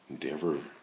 Denver